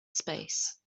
space